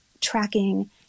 tracking